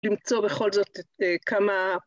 למצוא בכל זאת כמה